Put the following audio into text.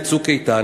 ל"צוק איתן",